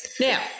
Now